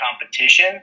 competition